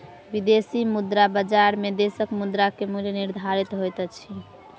विदेशी मुद्रा बजार में देशक मुद्रा के मूल्य निर्धारित होइत अछि